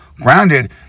grounded